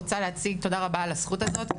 תודה רבה על הזכות הזאת.